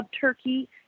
Turkey